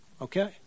Okay